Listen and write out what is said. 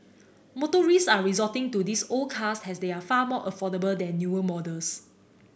motorists are resorting to these old cars as they are far more affordable than newer models